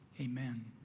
Amen